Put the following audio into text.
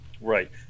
Right